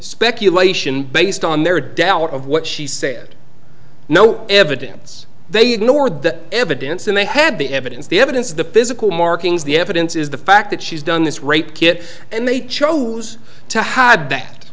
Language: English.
speculation based on their doubt of what she said no evidence they ignored the evidence and they had the evidence the evidence the physical markings the evidence is the fact that she's done this rape kit and they chose to had that